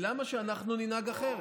למה שאנחנו ננהג אחרת?